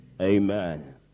Amen